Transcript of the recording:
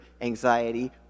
anxiety